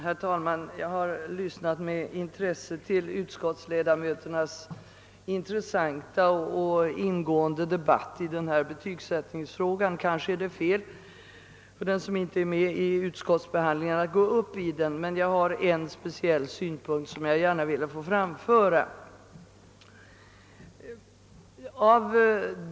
Herr talman! Jag har med intresse lyssnat till utskottsledamöternas ingående diskussion om denna betygsättningsfråga. Kanske är det fel av den som inte varit med om utskottsbehandlingen att gå upp i debatten, men jag har en speciell synpunkt som jag gärna vill anföra.